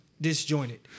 disjointed